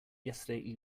yesterday